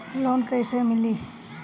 Loan कइसे मिली?